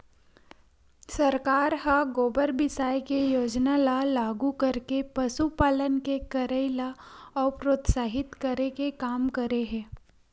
सरकार ह गोबर बिसाये के योजना ल लागू करके पसुपालन के करई ल अउ प्रोत्साहित करे के काम करे हे